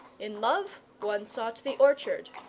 in love, one sought the orchard.